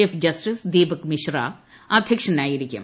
chief justice Deepak Mishra അധ്യക്ഷത വഹിക്കും